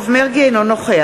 אינו נוכח